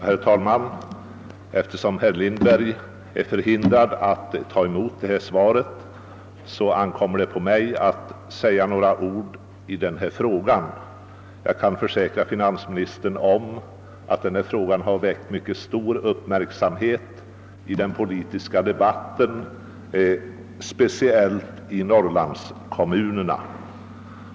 Herr talman! Eftersom herr Lindberg är förhindrad att ta emot detta svar har han bett mig att säga några ord. Jag kan försäkra finansministern att frågan om kraftverksbeskattningen har väckt mycket stor uppmärksamhet i den politiska debatten, speciellt i Norrlandskommunerna.